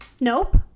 Nope